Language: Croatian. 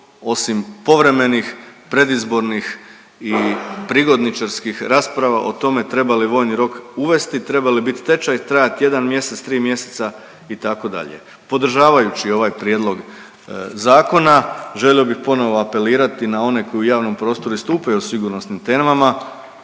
osim povremenih predizbornih i prigodničarskih rasprava o tome treba li vojni rok uvesti, treba li bit tečaj, trajat jedan mjesec, tri mjeseca itd.. Podržavajući ovaj prijedlog zakona želio bih ponovno apelirati na one koji u javnom prostoru istupaju o sigurnosnim temama